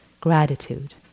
gratitude